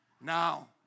Now